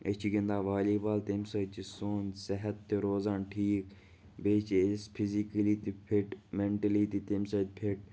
أسۍ چھِ گِنٛدان والی بال تمہِ سۭتۍ چھِ سون صحت تہِ روزان ٹھیٖک بیٚیہِ چھِ أسۍ فِزِکٔلی تہِ فِٹ مٮ۪نٹٕلی تہِ تمہِ سۭتۍ فِٹ